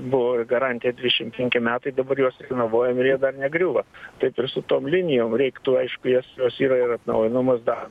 buvo garantija dvidešim penki metai dabar juos renovuojam ir jie dar negriūva taip ir su tom linijom reiktų aišku jas jos yra ir atnaujinamos dar